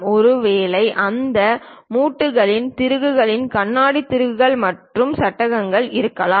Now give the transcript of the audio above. ஒருவேளை அந்த மூட்டுகளில் திருகுகள் கண்ணாடி திருகுகள் மற்றும் சட்டகங்கள் இருக்கலாம்